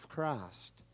Christ